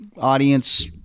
audience